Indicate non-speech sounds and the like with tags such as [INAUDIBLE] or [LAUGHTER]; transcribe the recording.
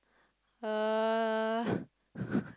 uh [BREATH] [LAUGHS]